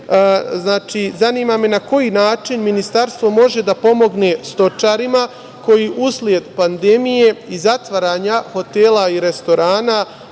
Zanima me, na koji način Ministarstvo može da pomogne stočarima, koji usled pandemije i zatvaranja hotela i restorana,